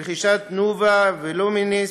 רכישת תנובה ו"לומניס",